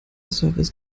service